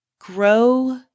grow